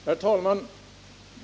Herr talman!